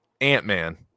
ant-man